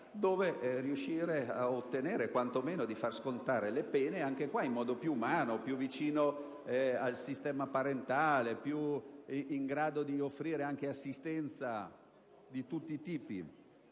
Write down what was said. dove riuscire ad ottenere quantomeno di far scontare le pene anche in questo caso in modo più umano, più vicino al sistema parentale, più in grado di offrire assistenza di tutti i tipi